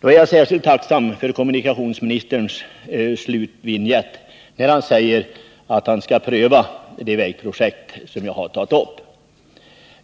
Jag är särskilt tacksam för slutvinjetten i kommunikationsministerns svar, där han säger att han skall pröva de vägprojekt som jag har tagit upp. 73